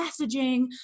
messaging